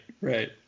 Right